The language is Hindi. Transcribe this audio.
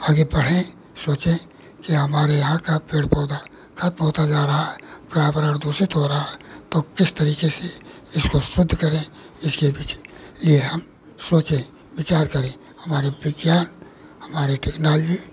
आगे बढ़ें सोचें कि हमारे यहाँ का पेड़ पौधा ख़त्म होता जा रहा है पर्यावरण दूषित होता जा रहा है तो किस तरीक़े से इसको शुद्ध करें इसके पीछे यह हम सोचें विचार करें हमारे विज्ञान हमारी टेक्नोलॉजी